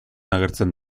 agertzen